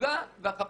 התצוגה והחפיסה.